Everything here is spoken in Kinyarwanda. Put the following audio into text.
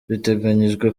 biteganyijwe